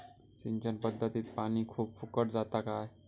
सिंचन पध्दतीत पानी खूप फुकट जाता काय?